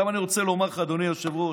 עכשיו אני רוצה לומר לך, אדוני היושב-ראש,